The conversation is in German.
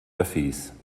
öffis